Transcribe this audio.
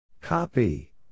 Copy